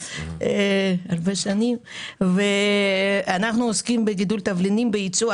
אנחנו עוסקים בגידול תבלינים ובייצוא.